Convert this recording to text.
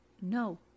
No